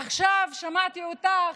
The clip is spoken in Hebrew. עכשיו שמעתי אותך,